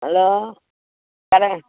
hello பழம்